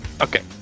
okay